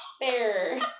Fair